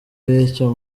y’icyo